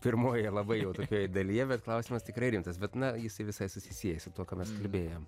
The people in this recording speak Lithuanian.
pirmojoje labai jau tokioj dalyje bet klausimas tikrai rimtas bet na jisai visai susisieja su tuo ką mes kalbėjom